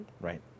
Right